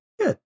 Good